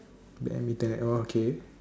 badminton eh oh okay